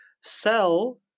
sell